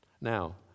now